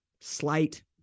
slight